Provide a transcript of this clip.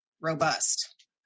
robust